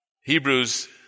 Hebrews